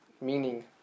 meaning